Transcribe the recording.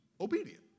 obedient